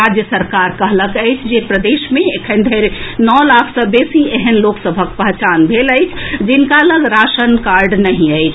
राज्य सरकार कहलक अछि जे प्रदेश मे एखन धरि नओ लाख सँ बेसी एहेन लोक सभक पहचान भेल अछि जिनका लऽग राशन कार्ड नहि अछि